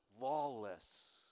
lawless